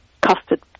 custard